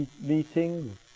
meetings